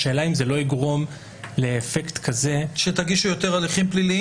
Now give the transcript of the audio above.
השאלה אם זה לא יגרום לאפקט כזה --- שתגישו יותר הליכים פליליים?